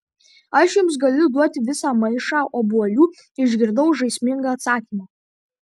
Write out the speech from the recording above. aš jums galiu duoti visą maišą obuolių išgirdau žaismingą atsakymą